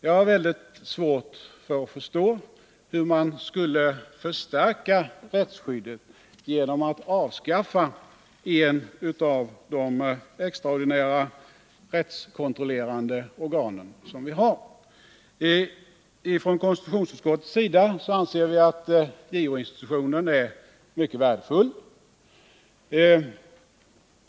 Jag har mycket svårt att förstå hur rättsskyddet skulle förstärkas genom ett avskaffande av ett av de extraordinära rättskontrollerande organ som vi har. Ifrån konstitutionsutskottets sida anser vi att JO-institutionen är mycket värdefull.